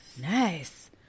Nice